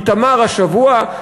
איתמר השבוע,